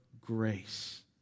grace